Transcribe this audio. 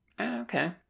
Okay